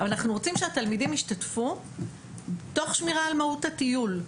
אבל אנחנו רוצים שהתלמידים ישתתפו תוך שמירה על מהות הטיול,